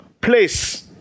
place